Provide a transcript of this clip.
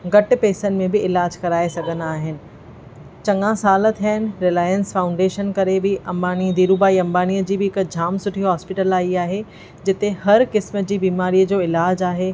घटि पेसनि में बि इलाज कराए सघंदा आहिनि चङा साल थिया आहिनि रिलायंस फाउंडेशन करे बि अंबानी धीरू भाई अम्बानीअ जी बि हिकु जाम सुठी हास्पीटल आई आहे जिते हर क़िस्म जी बीमारीअ जो इलाज आहे